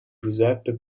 giuseppe